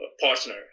partner